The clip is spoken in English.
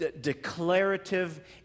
declarative